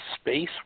space